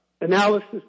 analysis